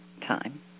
time